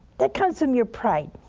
that comes from your pride